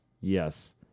Yes